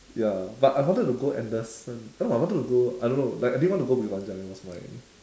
ya but I wanted to go anderson oh I wanted to go I don't know like I didn't wanted to go bukit panjang it was my